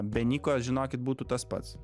be niko žinokit būtų tas pats